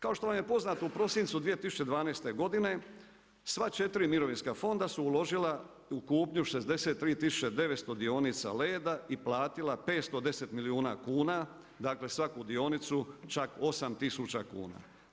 Kao što vam je poznato u prosincu 2012. godine, sva 4 mirovinska fonda su uložila u kupnju 63 tisuće 900 dionica Leda i platila 510 milijuna kuna, dakle svaku dionicu, čak 8 tisuća kuna.